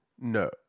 No